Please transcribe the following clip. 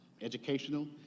educational